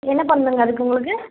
என்ன பண்ணணுங்க அதுக்கு உங்களுக்கு